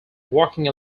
walking